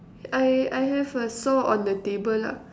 I I have a saw on the table lah